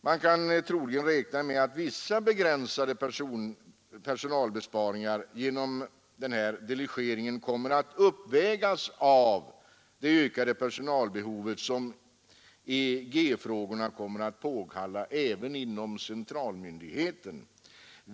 Man kan troligen räkna med att vissa begränsade personalbesparingar genom den nämnda delegeringen kommer att uppvägas av det ökade personalbehovet som EG-frågorna kommer att påkalla även vid centralmyndigheten.